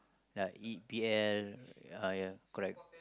like E_P_L ya correct